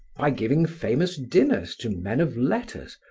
by giving famous dinners to men of letters,